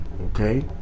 okay